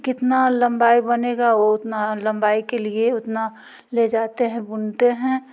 कितना लंबाई बनेगा वो उतना लंबाई के लिए उतना ले जाते हैं बुनते हैं